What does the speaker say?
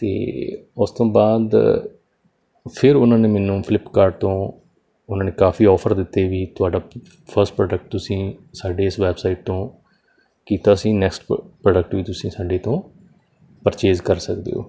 ਅਤੇ ਉਸ ਤੋਂ ਬਾਅਦ ਫਿਰ ਉਹਨਾਂ ਨੇ ਮੈਨੂੰ ਫਲਿਪਕਾਰਟ ਤੋਂ ਉਹਨਾਂ ਨੇ ਕਾਫੀ ਆਫਰ ਦਿੱਤੇ ਵੀ ਤੁਹਾਡਾ ਫਸਟ ਪ੍ਰੋਡਕਟ ਤੁਸੀਂ ਸਾਡੇ ਇਸ ਵੈਬਸਾਈਟ ਤੋਂ ਕੀਤਾ ਸੀ ਨੈਕਸਟ ਪ੍ਰੋਡਕਟ ਵੀ ਤੁਸੀਂ ਸਾਡੇ ਤੋਂ ਪਰਚੇਜ ਕਰ ਸਕਦੇ ਹੋ